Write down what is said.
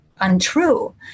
untrue